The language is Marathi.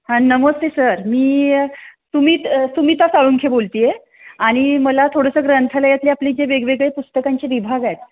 हां नमस्ते सर मी सुमित सुमिता साळुंखे बोलते आहे आणि मला थोडंसं ग्रंथालयातले आपले जे वेगवेगळे पुस्तकांचे विभाग आहेत